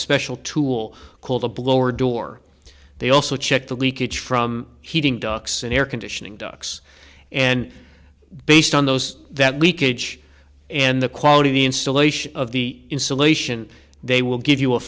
special tool called a blower door they also check the leakage from heating ducts and air conditioning ducts and based on those that leakage and the quality of the insulation of the insulation they will give you a